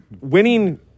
winning